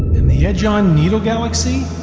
and the edge on needle galaxy,